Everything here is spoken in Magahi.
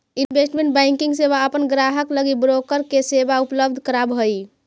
इन्वेस्टमेंट बैंकिंग सेवा अपन ग्राहक लगी ब्रोकर के सेवा उपलब्ध करावऽ हइ